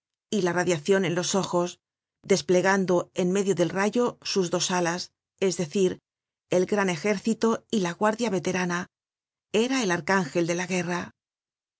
y la radiacion en los ojos desplegando en medio del rayo sus dos alas es decir el gran ejército y la guardia veterana era el arcángel de la guerra